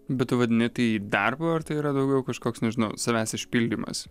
bet tu vadini tai darbu ar tai yra daugiau kažkoks nežinau savęs išpildymas